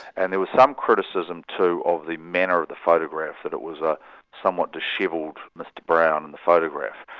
and there was some criticism too, of the manner of the photograph, that it was a somewhat dishevelled mr brown in the photograph,